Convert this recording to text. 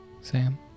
Sam